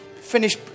finish